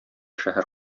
шәһәр